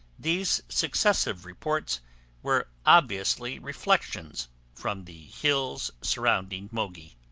these successive reports were obviously reflections from the hills surrounding mogi.